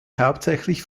hauptsächlich